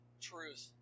truth